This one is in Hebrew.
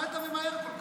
מה אתה ממהר כל כך?